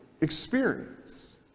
experience